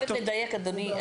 אני חייבת לדייק אדוני.